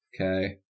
Okay